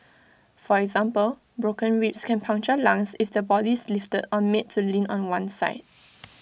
for example broken ribs can puncture lungs if the body is lifted or made to lean on one side